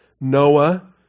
Noah